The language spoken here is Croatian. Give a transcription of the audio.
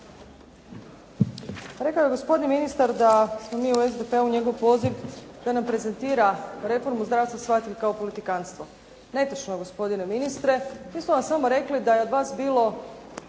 rekao je gospodin ministar da smo mi u SDP-u njegov poziv, da nam prezentira reformu zdravstva shvatiti kao politikanstvo. Netočno je gospodine ministre. Mi smo vam samlo rekli da je od vas bilo